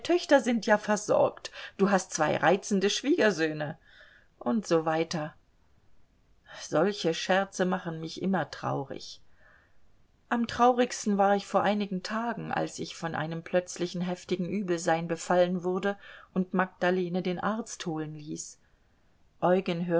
töchter sind ja versorgt du hast zwei reizende schwiegersöhne u s w solche scherze machen mich immer traurig am traurigsten war ich vor einigen tagen als ich von einem plötzlichen heftigen übelsein befallen wurde und magdalene den arzt holen ließ eugen